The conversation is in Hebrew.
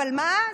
אבל מה?